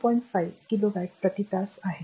5 kilowatt प्रति तास आहे